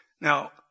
Now